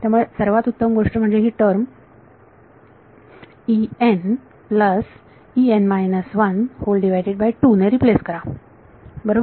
त्यामुळे सर्वात उत्तम गोष्ट म्हणजे ही टर्म ने रिप्लेस करा बरोबर